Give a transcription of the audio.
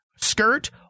skirt